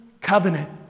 covenant